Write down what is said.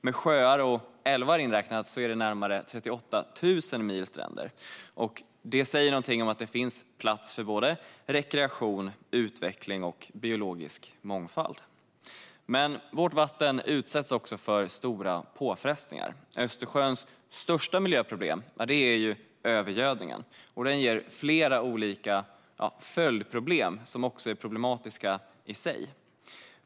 Med sjöar och älvar inräknat har vi närmare 38 000 mil stränder. Där finns plats för rekreation, utveckling och biologisk mångfald. Men vårt vatten utsätts också för stora påfrestningar. Östersjöns största miljöproblem är övergödningen, som ger flera olika följdverkningar som i sig är problematiska.